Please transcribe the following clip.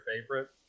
favorite